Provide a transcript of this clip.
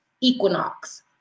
equinox